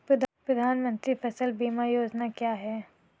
प्रधानमंत्री फसल बीमा योजना क्या है?